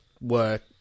work